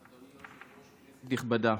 אדוני היושב-ראש, כנסת נכבדה,